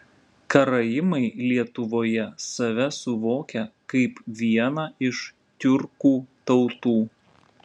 karaimai lietuvoje save suvokia kaip vieną iš tiurkų tautų